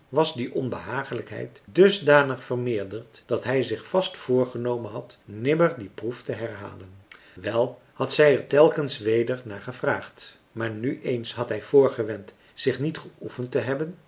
was die onbehagelijkheid dusdanig vermeerderd dat hij zich vast voorgenomen marcellus emants een drietal novellen had nimmer die proef te herhalen wel had zij er telkens weder naar gevraagd maar nu eens had hij voorgewend zich niet geoefend te hebben